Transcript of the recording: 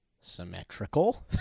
symmetrical